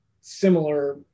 similar